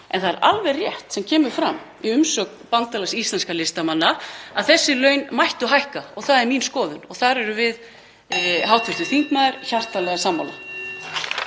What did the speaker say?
En það er alveg rétt sem kemur fram í umsögn Bandalags íslenskra listamanna að þessi laun mættu hækka. Það er mín skoðun og þar erum við hv. þingmaður hjartanlega sammála.